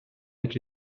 avec